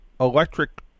electric